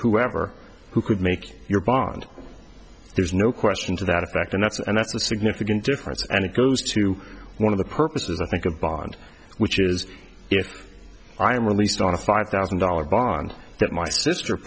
whoever who could make your bond there's no question to that effect and that's and that's a significant difference and it goes to one of the purposes i think a bond which is if i am released on a five thousand dollars bond that my sister